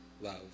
love